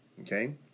Okay